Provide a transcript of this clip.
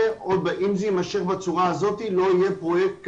אם זה יימשך בצורה זאת לא יהיה פרויקט כזה.